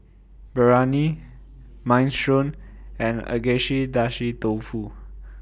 Biryani Minestrone and Agedashi Dofu